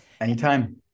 Anytime